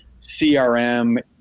CRM